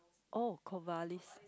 oh Corvallis